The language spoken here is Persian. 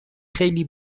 خیلی